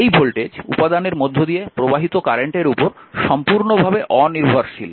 এই ভোল্টেজ উপাদানের মধ্য দিয়ে প্রবাহিত কারেন্টের উপর সম্পূর্ণভাবে অ নির্ভরশীল